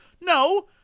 no